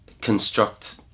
construct